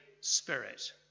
Spirit